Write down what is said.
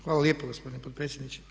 Hvala lijepa gospodine potpredsjedniče.